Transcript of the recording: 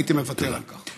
הייתי מוותר על כך.